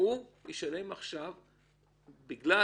בגלל